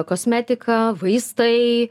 kosmetika vaistai